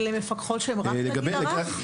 הן מפקחות רק לגיל הרך?